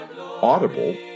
Audible